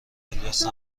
الیاس